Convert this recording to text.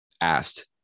asked